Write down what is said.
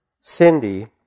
Cindy